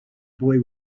boy